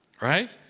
right